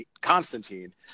Constantine